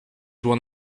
one